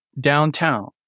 downtown